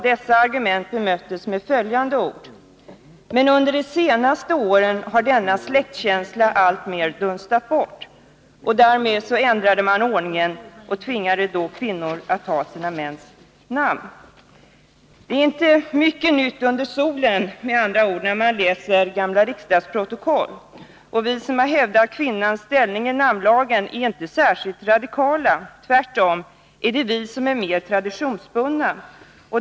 Detta argument bemöttes med följande ord: ”Men under de senaste åren har denna släktkänsla allt mera dunstat bort.” Det är med andra ord inte mycket nytt under solen. Det kan man konstatera när man läser gamla riksdagsprotokoll. Och vi som hävdat kvinnans ställning i namnlagen är inte särskilt radikala. Tvärtom är det vi som är mer traditionsbundna.